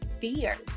fear